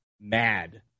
mad